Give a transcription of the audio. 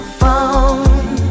phone